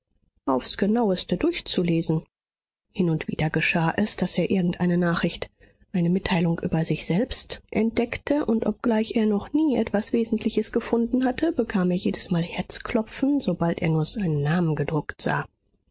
aufs genaueste durchzulesen hin und wieder geschah es daß er irgendeine nachricht eine mitteilung über sich selbst entdeckte und obgleich er noch nie etwas wesentliches gefunden hatte bekam er jedesmal herzklopfen sobald er nur seinen namen gedruckt sah